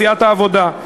בסיעת העבודה,